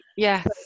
Yes